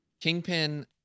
Kingpin